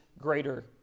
greater